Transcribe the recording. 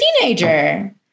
teenager